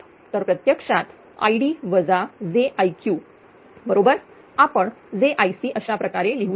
तर प्रत्यक्षात बरोबर आपण jIc अशा प्रकारे लिहू शकतो